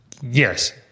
Yes